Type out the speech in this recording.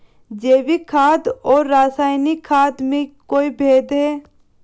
जैविक खाद और रासायनिक खाद में कोई भेद है?